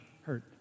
hurt